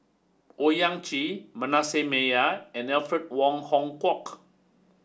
Owyang Chi Manasseh Meyer and Alfred Wong Hong Kwok